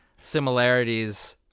similarities